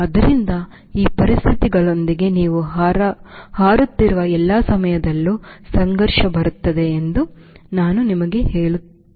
ಆದ್ದರಿಂದ ಈ ಪರಿಸ್ಥಿತಿಗಳೊಂದಿಗೆ ನೀವು ಹಾರುತ್ತಿರುವ ಎಲ್ಲಾ ಸಮಯದಲ್ಲೂ ಸಂಘರ್ಷ ಬರುತ್ತದೆ ಎಂದು ನಾನು ನಿಮಗೆ ಹೇಳುತ್ತಿದ್ದೆ